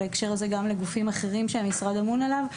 בהקשר הזה גם לגופים אחרים שהמשרד אמון עליו.